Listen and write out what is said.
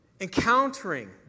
encountering